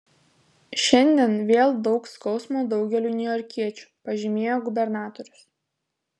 šiandien vėl daug skausmo daugeliui niujorkiečių pažymėjo gubernatorius